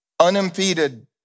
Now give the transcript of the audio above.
unimpeded